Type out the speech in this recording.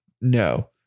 no